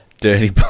Dirty